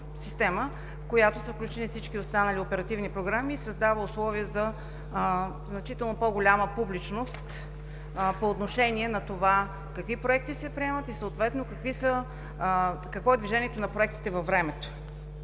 в която са включени всички останали оперативни програми и която създава условия за значително по-голяма публичност по отношение на това какви проекти се приемат и съответно какво е движението им във времето.